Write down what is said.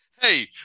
Hey